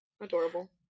Adorable